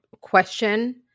question